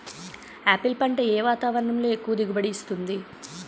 Apple పంట ఏ వాతావరణంలో ఎక్కువ దిగుబడి ఇస్తుంది?